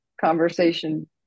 conversation